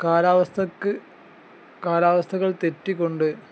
കാലാവസ്ഥയ്ക്ക് കാലാവസ്ഥകൾ തെറ്റിക്കൊണ്ട്